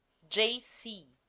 j. c.